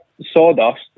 sawdust